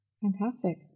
Fantastic